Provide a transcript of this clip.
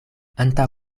antaŭ